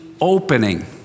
opening